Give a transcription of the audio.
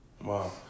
Wow